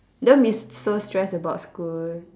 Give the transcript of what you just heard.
don't be so stressed about school